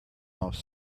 off